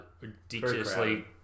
ridiculously